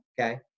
Okay